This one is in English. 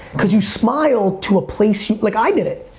cause you smile to a place you like, i did it!